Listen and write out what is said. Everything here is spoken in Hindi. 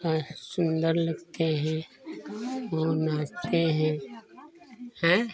वह सुन्दर लगते हैं मोर नाचते हैं